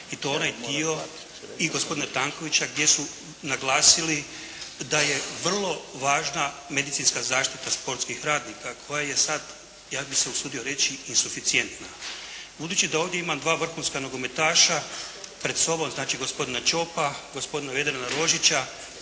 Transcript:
i to onaj dio i gospodina Tankovića gdje su naglasili da je vrlo važna medicinska zaštita sportskih radnika koja je sad ja bih se usudio reći insuficijentna. Budući da ovdje imam dva vrhunska nogometaša pred sobom, znači gospodina Čopa, gospodina Vedrana Rožića